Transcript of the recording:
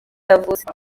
yavutse